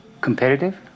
competitive